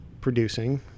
producing